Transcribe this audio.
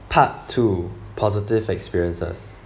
part two positive experiences